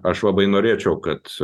aš labai norėčiau kad